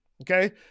Okay